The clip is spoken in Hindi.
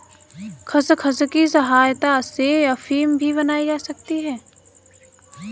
खसखस की सहायता से अफीम भी बनाई जा सकती है